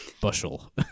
bushel